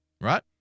right